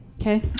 Okay